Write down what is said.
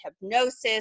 hypnosis